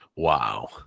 wow